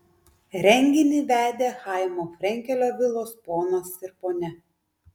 renginį vedė chaimo frenkelio vilos ponas ir ponia